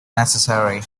necessary